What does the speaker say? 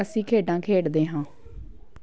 ਅਸੀਂ ਖੇਡਾਂ ਖੇਡਦੇ ਹਾਂ